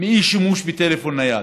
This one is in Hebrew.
מאי-שימוש בטלפון נייד.